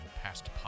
past